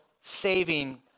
saving